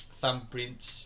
thumbprints